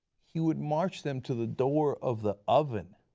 he would march them to the door of the oven?